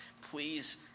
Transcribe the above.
Please